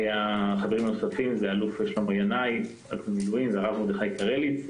כאשר החברים הנוספים זה אלוף במילואים שלמה ינאי והרב מרדכי קרליץ.